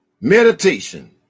Meditation